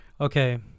okay